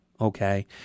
okay